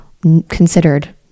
considered